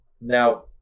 Now